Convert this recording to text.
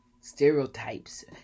stereotypes